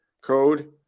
code